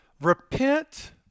Repent